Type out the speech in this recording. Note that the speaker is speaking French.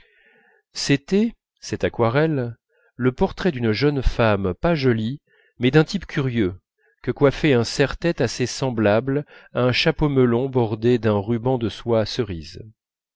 c'était cette aquarelle le portrait d'une jeune femme pas jolie mais d'un type curieux que coiffait un serre-tête assez semblable à un chapeau melon bordé d'un ruban de soie cerise